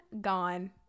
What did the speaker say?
gone